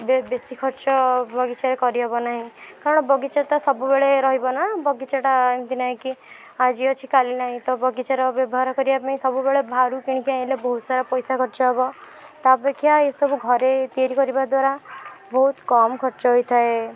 ବେ ବେଶି ଖର୍ଚ୍ଚ ବଗିଚାରେ କରି ହେବନାହିଁ କାରଣ ବଗିଚା ତ ସବୁବେଳେ ରହିବ ନା ବଗିଚାଟା ଏମିତି ନାହିଁ କି ଆଜି ଅଛି କାଲି ନାହିଁ ତ ବଗିଚାର ବ୍ୟବହାର କରିବା ପାଇଁ ସବୁବେଳେ ବାହାରୁ କିଣିକି ଆଣିଲେ ବହୁତ ସାରା ପଇସା ଖର୍ଚ୍ଚ ହେବ ତା ଅପେକ୍ଷା ଏସବୁ ଘରେ ତିଆରି କରିବା ଦ୍ୱାରା ବହୁତ କମ୍ ଖର୍ଚ୍ଚ ହେଇଥାଏ